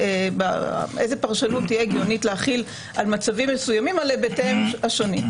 ואיזו פרשנות תהיה הגיונית להחיל על מצבים מסוימים בהיבטיהם השונים.